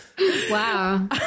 wow